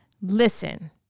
Listen